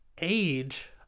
age